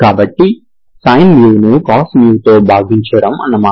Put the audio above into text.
కాబట్టి sin ను cos μ తో భాగించడం అన్నమాట